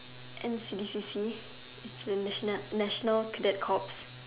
N_C_C_C national national cadet corps